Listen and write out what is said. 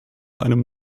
einem